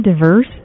diverse